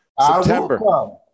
September